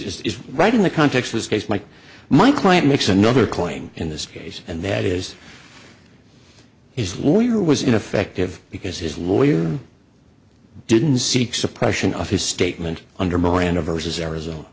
is right in the context this case mike my client makes another claim in this case and that is his lawyer was ineffective because his lawyer didn't seek suppression of his statement under miranda versus arizona